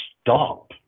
stop